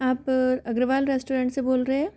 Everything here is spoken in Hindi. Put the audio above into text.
आप अग्रवाल रेस्टोरेंट से बोल रहे हैं